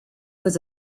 was